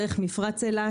דרך מפרץ אילת,